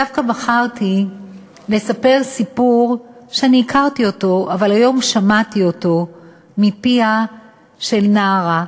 דווקא בחרתי לספר סיפור שאני הכרתי אבל היום שמעתי אותו מפיה של נערה,